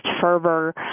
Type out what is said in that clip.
fervor